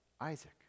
Isaac